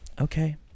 Okay